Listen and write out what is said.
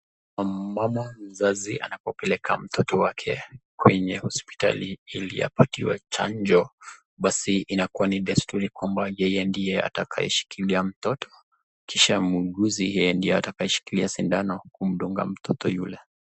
Mama mzazi anapopeleka mtoto wake kwenye hospitali ili apatiwe chanjo, basi inakuwa ni desturi kwamba yeye ndiye atakayeshikila mtoto, kisha muuguzi, yeye ndiye atakayeshikilia sindano kumdunga mtoyo yule.